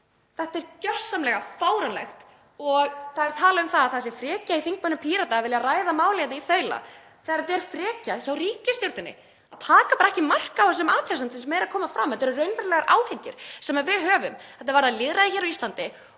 Þetta er gjörsamlega fáránlegt. Það er talað um að það sé frekja í þingmönnum Pírata að vilja ræða málið hérna í þaula þegar þetta er frekja hjá ríkisstjórninni að taka ekki mark á þessum athugasemdum sem eru að koma fram. Þetta eru raunverulegar áhyggjur sem við höfum. Þetta varðar lýðræðið á Íslandi